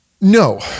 No